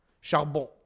Charbon